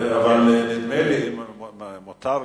אדוני השר, אם מותר לי,